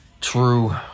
True